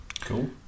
Cool